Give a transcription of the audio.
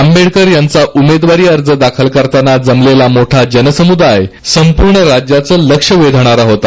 आंबेडकर यांचा उमेदवारी अर्ज दाखल करताना जमलेला मोठा जनसम्दाय या पूर्ण राज्याचं लक्ष वेधणारा होता